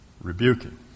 rebuking